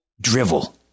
drivel